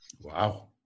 Wow